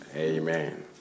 Amen